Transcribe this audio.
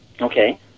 Okay